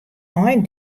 ein